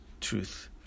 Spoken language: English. Truth